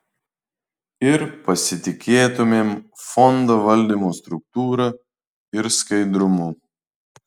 ir pasitikėtumėm fondo valdymo struktūra ir skaidrumu